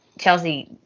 Chelsea